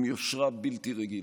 עם יושרה בלתי רגילה,